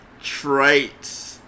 traits